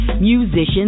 Musicians